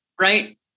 Right